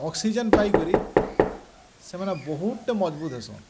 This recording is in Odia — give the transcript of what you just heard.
ଅକ୍ସିଜେନ ପାଇକରି ସେମାନେ ବହୁତ ମଜବୁତ ହେସୁଁ